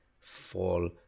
fall